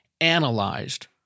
analyzed